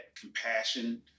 compassion